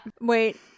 Wait